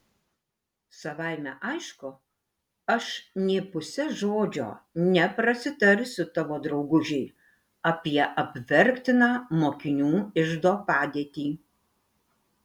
savaime aišku aš nė puse žodžio neprasitarsiu tavo draugužei apie apverktiną mokinių iždo padėtį